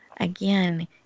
Again